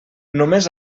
només